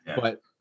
but-